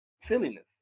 silliness